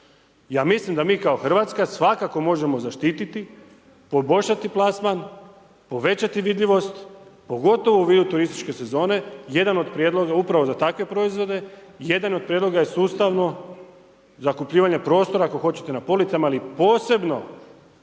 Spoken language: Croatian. Ja mislim da mi ka Hrvatska svakako možemo zaštiti, poboljšati plasman, povećati vidljivost, pogotovo vi u turističkoj sezoni. Jedan od prijedloga je upravo za takve proizvode, jedan od prijedloga je sustavno zakupljivanje prostora ako hoćete na policama ali posebno